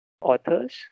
authors